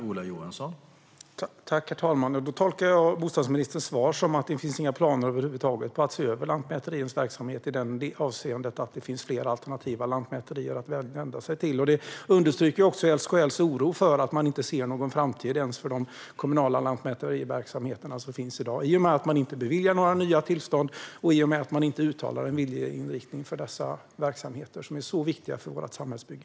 Herr talman! Jag tolkar bostadsministerns svar som att det inte finns några planer över huvud taget på att se över lantmäteriverksamheten i det avseendet att det finns fler alternativa lantmäterier att vända sig till. Detta understryker SKL:s oro för att man inte ser någon framtid ens för de kommunala lantmäteriverksamheter som finns i dag, i och med att man inte beviljar några nya tillstånd eller uttalar en viljeinriktning för dessa verksamheter, som är mycket viktiga för vårt samhällsbygge.